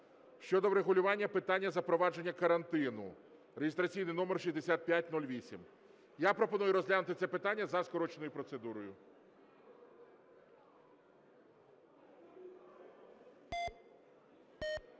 щодо врегулювання питання запровадження карантину (реєстраційний номер 6508). Я пропоную розглянути це питання за скороченою процедурою.